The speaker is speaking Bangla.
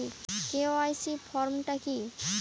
কে.ওয়াই.সি ফর্ম টা কি?